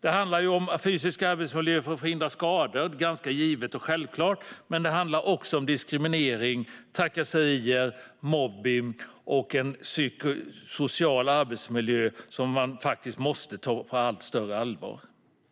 Det handlar om fysisk arbetsmiljö för att förhindra skador, vilket är ganska självklart, men också om diskriminering, trakasserier, mobbning och en psykosocial arbetsmiljö som man faktiskt måste ta på allt större allvar.